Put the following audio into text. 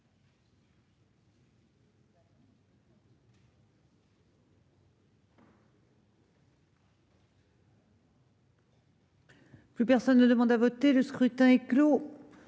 Plus personne ne demande à voter Le scrutin est clos.